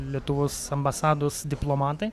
lietuvos ambasados diplomatai